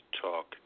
talk